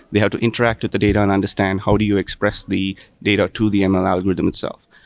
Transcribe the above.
they have to interact with the data and understand how do you express the data to the ml algorithm itself.